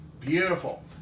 Beautiful